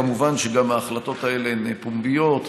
מובן שגם ההחלטות האלה הן פומביות,